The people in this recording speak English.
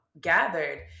gathered